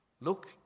look